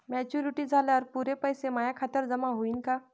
Maturity झाल्यावर पुरे पैसे माया खात्यावर जमा होईन का?